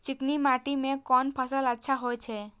चिकनी माटी में कोन फसल अच्छा होय छे?